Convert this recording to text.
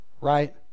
Right